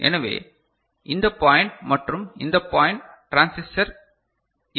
எனவே இந்த பாய்ன்ட் மற்றும் இந்த பாய்ன்ட் டிரான்சிஸ்டர் இல்லை